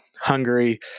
Hungary